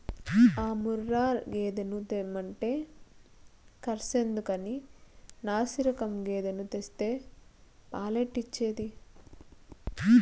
ఆ ముర్రా గేదెను తెమ్మంటే కర్సెందుకని నాశిరకం గేదెను తెస్తే పాలెట్టొచ్చేది